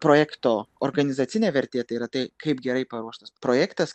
projekto organizacinė vertė tai yra tai kaip gerai paruoštas projektas